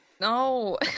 No